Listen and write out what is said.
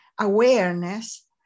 awareness